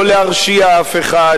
לא להרשיע אף אחד,